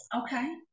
Okay